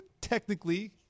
technically